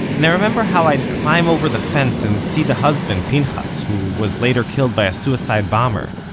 and i remember how i'd climb over the fence and see the husband, pinhas, who was later killed by a suicide bomber,